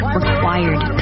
required